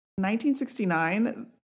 1969